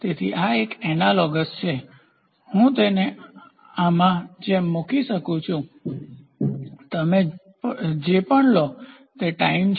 તેથી આ એક એનાલોગસ છે અથવા હું તેને આમાં જેમ મૂકી શકું છું તમે જે પણ લો તે ટાઇમસમય છે